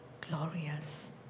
glorious